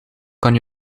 kan